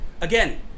Again